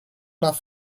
nach